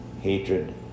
hatred